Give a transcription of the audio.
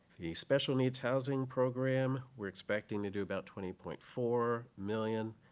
the special needs housing program, we're expecting to do about twenty point four million